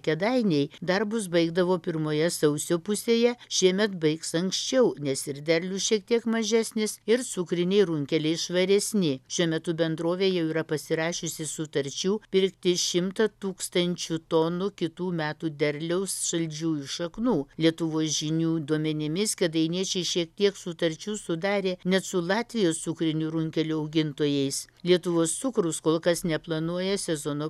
kėdainiai darbus baigdavo pirmoje sausio pusėje šiemet baigs anksčiau nes ir derlius šiek tiek mažesnis ir cukriniai runkeliai švaresni šiuo metu bendrovė jau yra pasirašiusi sutarčių pirkti šimtą tūkstančių tonų kitų metų derliaus saldžiųjų šaknų lietuvos žinių duomenimis kėdainiečiai šiek tiek sutarčių sudarė net su latvijos cukrinių runkelių augintojais lietuvos cukrus kol kas neplanuoja sezono